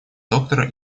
доктора